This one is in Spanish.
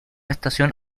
estación